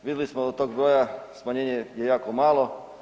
Vidjeli smo od tog broja smanjenje je jako malo.